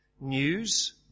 news